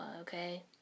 okay